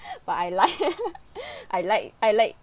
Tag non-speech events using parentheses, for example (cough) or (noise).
(laughs) but I like (laughs) I like I like